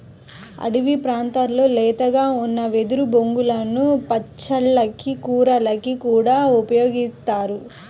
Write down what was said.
అడివి ప్రాంతాల్లో లేతగా ఉన్న వెదురు బొంగులను పచ్చళ్ళకి, కూరలకి కూడా ఉపయోగిత్తారు